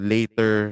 Later